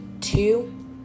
two